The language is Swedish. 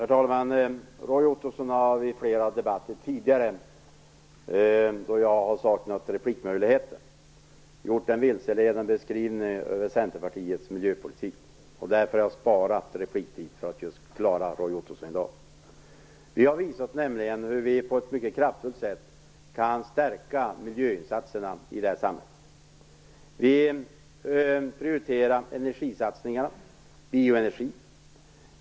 Herr talman! Roy Ottosson har vid flera debatter tidigare, då jag har saknat replikmöjligheter, fört fram en vilseledande beskrivning av Centerpartiets miljöpolitik. Därför har jag sparat repliktid för att bemöta Vi har visat hur vi på ett mycket kraftfullt sätt kan stärka miljöinsatserna i det här samhället. Vi prioriterar energisatsningarna, bioenergi.